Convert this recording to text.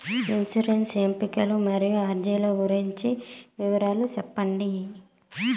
insurance ఎంపికలు మరియు అర్జీల గురించి వివరాలు సెప్పండి